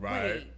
Right